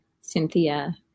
Cynthia